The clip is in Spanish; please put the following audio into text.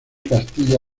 castilla